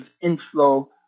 inflow